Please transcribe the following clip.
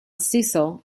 cecil